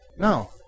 No